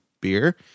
beer